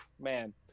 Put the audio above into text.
Man